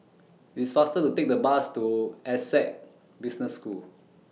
IT IS faster to Take The Bus to Essec Business School